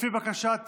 לפי בקשת